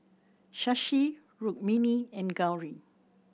Shashi Rukmini and Gauri